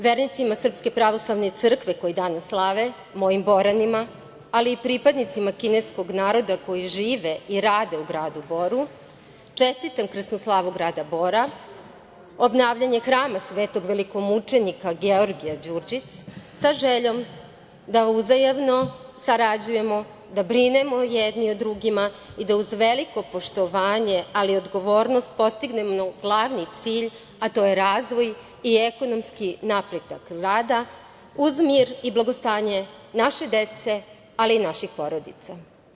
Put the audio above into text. Vernicima Srpske pravoslavne crkve koji danas slave, mojim Boranima, ali i pripadnicima kineskog naroda koji žive i rade u gradu Boru čestitam krsnu slavu grada Bora, obnavljanje hrama Svetog velikomučenika Georgija – Đurđic, sa željom da uzajamno sarađujemo, da brinemo jedni o drugima i da uz veliko poštovanje, ali i odgovornost postignemo glavni cilj, a to je razvoj i ekonomski napredak grada, uz mir i blagostanje naše dece, ali i naših porodica.